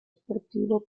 sportivo